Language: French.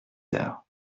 heures